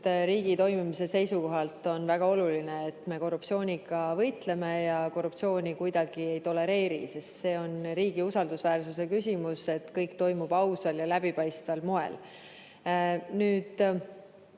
riigi toimimise seisukohalt on väga oluline, et me korruptsiooniga võitleme ja korruptsiooni kuidagi ei tolereeri, sest see on riigi usaldusväärsuse küsimus, et kõik toimub ausal ja läbipaistval moel.